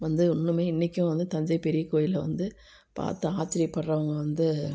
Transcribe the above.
வந்து இன்னுமே இன்னைக்கும் வந்து தஞ்சை பெரிய கோயிலை வந்து பார்த்து ஆச்சிரியப்படுறவங்க வந்து